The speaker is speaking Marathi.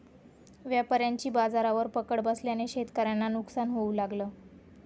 व्यापाऱ्यांची बाजारावर पकड बसल्याने शेतकऱ्यांना नुकसान होऊ लागलं